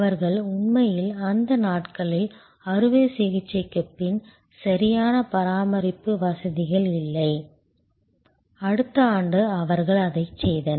அவர்கள் உண்மையில் அந்த நாட்களில் அறுவை சிகிச்சைக்குப் பின் சரியான பராமரிப்பு வசதிகள் இல்லை அடுத்த ஆண்டு அவர்கள் அதைச் சேர்த்தனர்